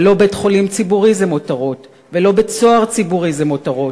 ולא שבית-חולים ציבורי זה מותרות ולא שבית-סוהר ציבורי זה מותרות.